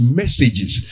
messages